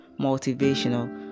Motivational